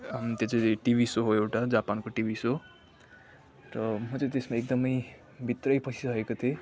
अन्त त्यो चाहिँ टिभी सो हो एउटा जापानको टिभी सो र म चाहिँ त्यसमा एकदमै भित्रै पसिसकेको थिएँ